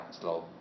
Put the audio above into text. slow